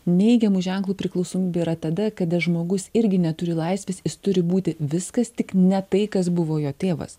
neigiamu ženklu priklausomybė yra tada kada žmogus irgi neturi laisvės jis turi būti viskas tik ne tai kas buvo jo tėvas